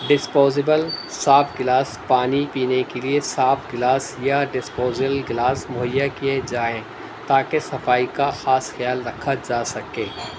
disposable صاف glass پانی پینے کے لیے صاف گلاس یا ڈسپوزل گلاس مہیا کیے جائیں تاکہ صفائی کا خاص خیال رکھا جا سکے